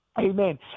amen